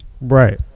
right